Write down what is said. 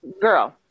Girl